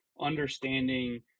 understanding